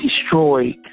destroyed